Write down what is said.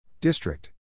District